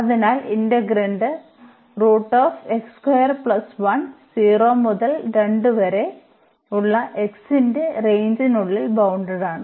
അതിനാൽ ഇന്റഗ്രാൻറ് 0 മുതൽ 2 വരെയുള്ള x ന്റെ റേഞ്ച്നുള്ളിൽ ബൌണ്ടഡാണ്